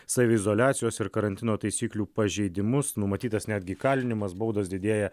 saviizoliacijos ir karantino taisyklių pažeidimus numatytas netgi įkalinimas baudos didėja